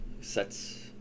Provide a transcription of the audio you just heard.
Sets